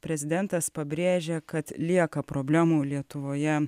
prezidentas pabrėžė kad lieka problemų lietuvoje